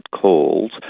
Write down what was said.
calls